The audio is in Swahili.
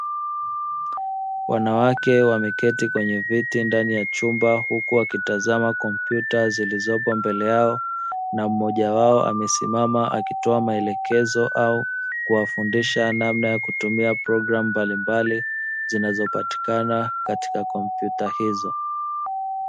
Wanawake wameketi kwenye viti ndani ya chumba huku wakitazama kompyuta zilizopo mbele yao na mmoja wao amesimama akitoa maelekezo au kuwafundisha namna ya kutumia programu mbalimbali zinazopatikana katika kompyuta hizo.